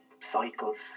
cycles